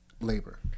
labor